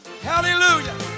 Hallelujah